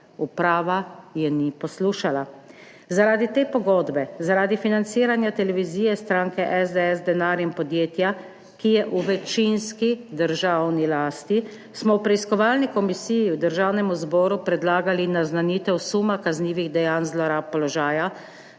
Uprava je ni poslušala. Zaradi te pogodbe, zaradi financiranja televizije stranke SDS, denarja in podjetja, ki je v večinski državni lasti, smo v preiskovalni komisiji Državnemu zboru predlagali naznanitev suma kaznivih dejanj zlorab položaja